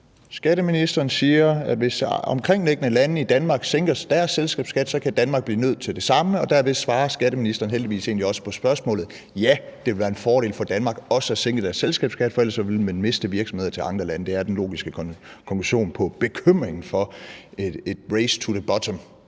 Skatteministeren siger, at hvis landene omkring Danmark sænker deres selskabsskat, kan Danmark blive nødt til det samme, og derved svarer skatteministeren egentlig heldigvis også på spørgsmålet: Ja, det ville være en fordel for Danmark også at sænke selskabsskatten, for ellers ville man miste virksomheder til andre lande. Det er den logiske konklusion på bekymringen for et race to the bottom